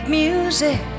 music